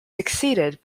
succeeded